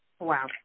Wow